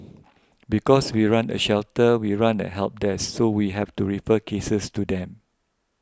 because we run a shelter we run a help desk so we have to refer cases to them